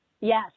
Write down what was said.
Yes